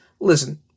Listen